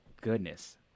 Goodness